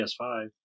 PS5